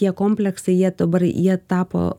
tie kompleksai jie dabar jie tapo